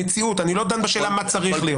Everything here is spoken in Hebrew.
במציאות, אני לא דן בשאלה מה צריך להיות.